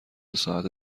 ساعت